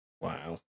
Wow